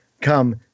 come